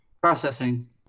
Processing